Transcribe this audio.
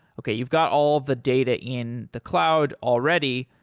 okay, you've got all the data in the cloud already,